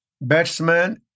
batsman